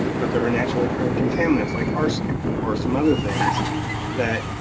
but there are naturally occurring contaminants like arsenic or some other things that.